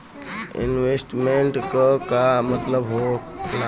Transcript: Investment क का मतलब हो ला?